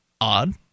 Odd